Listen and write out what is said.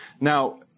Now